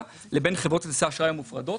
לבין חברות כרטיסי האשראי המופרדות,